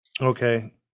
Okay